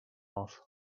off